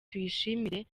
tuyishimire